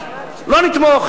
לא נתמוך,